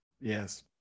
Yes